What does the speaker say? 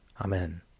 Amen